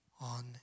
on